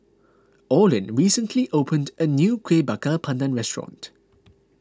Orlin recently opened a new Kueh Bakar Pandan restaurant